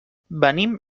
venim